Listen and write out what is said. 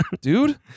Dude